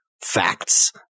facts